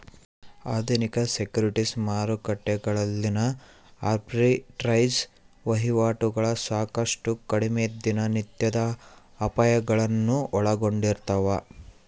ಆಧುನಿಕ ಸೆಕ್ಯುರಿಟೀಸ್ ಮಾರುಕಟ್ಟೆಗಳಲ್ಲಿನ ಆರ್ಬಿಟ್ರೇಜ್ ವಹಿವಾಟುಗಳು ಸಾಕಷ್ಟು ಕಡಿಮೆ ದಿನನಿತ್ಯದ ಅಪಾಯಗಳನ್ನು ಒಳಗೊಂಡಿರ್ತವ